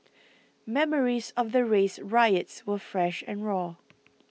memories of the race riots were fresh and raw